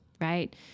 right